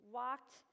walked